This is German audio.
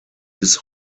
bis